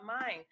mind